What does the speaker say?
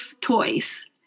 toys